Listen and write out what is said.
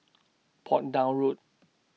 Portsdown Road